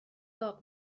داغ